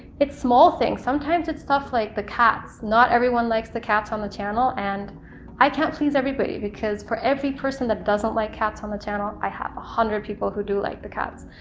it's small things, sometimes it's stuff like the cats. not everyone likes the cats on the channel, and i can't please everybody, because for every person that doesn't like cats on the channel, i have a hundred people who do like the cats.